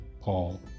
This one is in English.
Paul